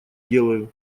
делаю